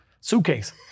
suitcase